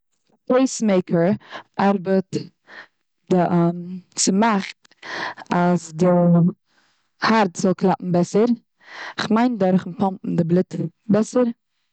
פעיס מעיקער ארבעט דורך די ס'מאכט אז די הארץ זאל קלאפן בעסער, כ'מיין דורכן פאמפן די בלוט בעסער.